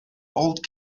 old